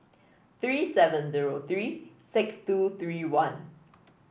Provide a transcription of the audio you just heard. three seven zero three six two three one